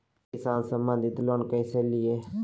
किसान संबंधित लोन कैसै लिये?